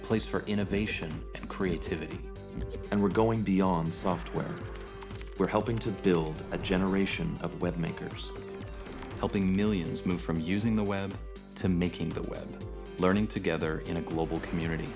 the place for innovation and creativity and we're going beyond software we're helping to build a generation of web makers helping millions move from using the web to making the web learning together in a global community